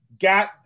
got